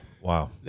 Wow